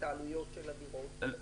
אתה עלויות של הדירות?